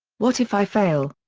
what if i fail?